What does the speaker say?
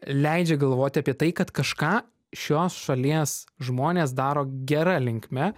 leidžia galvot apie tai kad kažką šios šalies žmonės daro gera linkme